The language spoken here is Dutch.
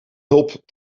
hulp